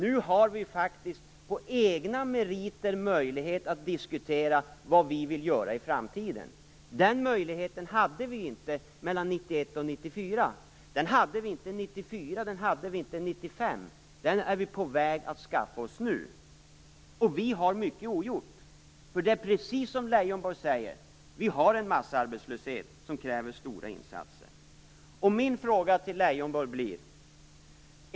Nu har vi faktiskt på egna meriter möjlighet att diskutera vad vi vill göra i framtiden. Den möjligheten hade vi inte mellan 1991 och 1994. Den hade vi inte 1994 eller 1995. Den är vi på väg att skaffa oss nu. Vi har mycket ogjort. Det är precis som Leijonborg säger: Vi har en massarbetslöshet som kräver stora insatser. Jag har en fråga till Leijonborg.